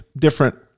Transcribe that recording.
different